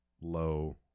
low